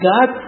God